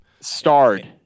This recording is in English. Starred